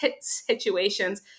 situations